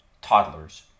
toddlers